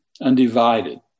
undivided